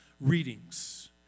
readings